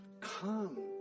Come